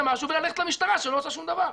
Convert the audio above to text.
משהו וללכת למשטרה שלא עושה שום דבר.